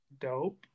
Dope